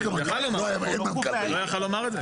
הוא לא יכול לומר את זה?